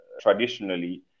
traditionally